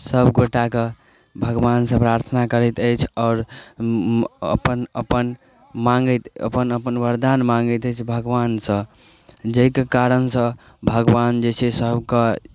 सभगोटाके भगवानसँ प्रार्थना करैत अछि आओर अपन अपन माँगैत अपन अपन वरदान माँगैत अछि भगवानसँ जाहिके कारणसँ भगवान जे सभके